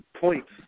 points